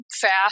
fast